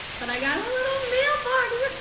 but i got a little mail box.